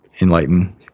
enlighten